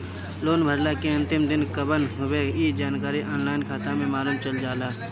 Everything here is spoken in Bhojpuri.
लोन भरला के अंतिम दिन कवन हवे इ जानकारी ऑनलाइन खाता में मालुम चल जाला